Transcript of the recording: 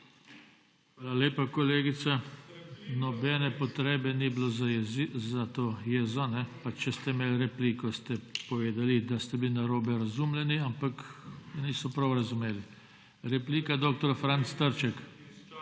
Hvala lepa, kolegica. Nobene potrebe ni bilo za to jezo. Pač če ste imeli repliko, ste povedali, da ste bili narobe razumljeni, ampak niso prav razumeli. Replika, dr. Franc Trček.